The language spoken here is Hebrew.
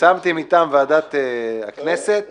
מטעם ועדת הכספים את